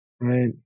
Right